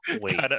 wait